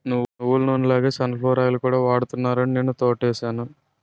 నువ్వులనూనె లాగే sunflower oil కూడా వాడుతున్నారాని నేనా తోటేసాను